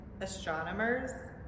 astronomers